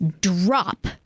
drop